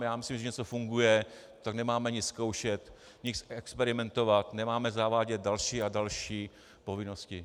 Myslím, že když něco funguje, tak nemáme nic zkoušet, nic experimentovat, nemáme zavádět další a další povinnosti.